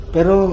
Pero